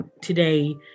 today